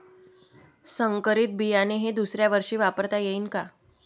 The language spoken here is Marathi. संकरीत बियाणे हे दुसऱ्यावर्षी वापरता येईन का?